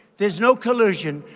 there's no collusion,